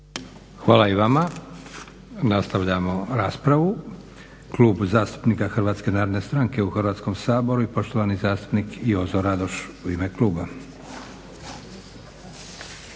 Hvala i vama. Nastavljamo raspravu. Klub zastupnika HNS-a u Hrvatskom saboru i poštovani zastupnik Jozo Radoš u ime kluba.